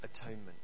atonement